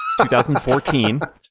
2014